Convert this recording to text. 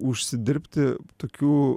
užsidirbti tokių